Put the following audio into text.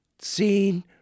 seen